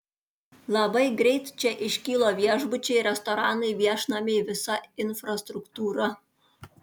labai greit čia iškilo viešbučiai restoranai viešnamiai visa infrastruktūra